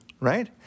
right